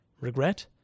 Regret